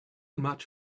much